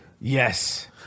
Yes